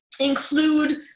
include